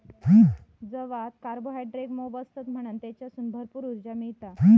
जवात कार्बोहायड्रेट मोप असतत म्हणान तेच्यासून भरपूर उर्जा मिळता